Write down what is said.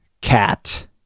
cat